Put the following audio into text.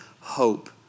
hope